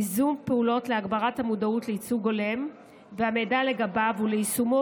ייזום פעולות להגברת המודעות לייצוג הולם והמידע לגביו וליישומו